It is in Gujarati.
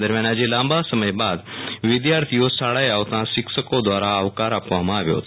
દરમ્યાન આજે લાંબા સમય બાદ વિધાર્થીઓ શાળાએ આવતા શિક્ષકો દ્રારા આવકાર આપવામાં આવ્યો હતો